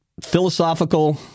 philosophical